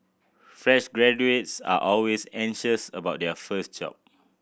fresh graduates are always anxious about their first job